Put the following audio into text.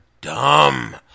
dumb